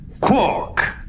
Quark